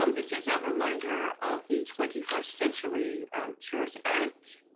um this is ah reminder of the twenty first century cures act.